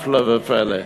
הפלא ופלא.